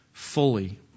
Fully